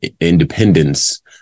independence